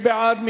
מי בעד?